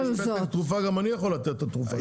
אם יש פתק תרופה, גם אני יכול לתת את התרופה.